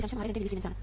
625 millisiemens ആണ്